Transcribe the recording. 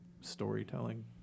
storytelling